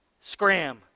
scram